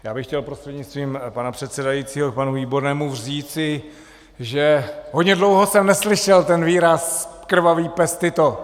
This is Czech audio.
Já bych chtěl prostřednictvím pana předsedajícího panu Výbornému říci, že hodně dlouho jsem neslyšel ten výraz krvavý pes Tito.